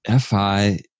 FI